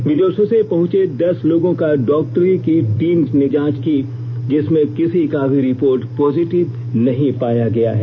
विदेशों से पहुंचे दस लोगों का डॉक्टरों की टीम ने जांच की है जिसमें किसी का भी रिपोर्ट पॉजिटिव नहीं पाया गया है